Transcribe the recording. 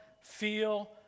feel